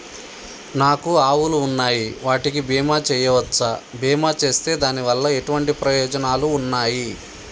నాకు ఆవులు ఉన్నాయి వాటికి బీమా చెయ్యవచ్చా? బీమా చేస్తే దాని వల్ల ఎటువంటి ప్రయోజనాలు ఉన్నాయి?